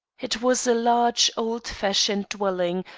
it was a large, old-fashioned dwelling,